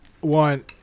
one